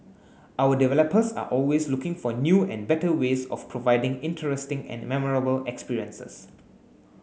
our developers are always looking for new and better ways of providing interesting and memorable experiences